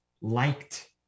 liked